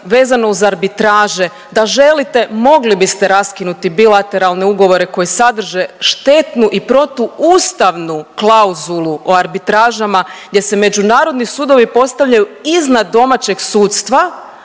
vezano uz arbitraže. Da želite mogli biste raskinuti bilateralne ugovore koji sadrže štetnu i protuustavnu klauzulu o arbitražama, gdje se međunarodni sudovi postavljaju iznad domaćeg sudstva,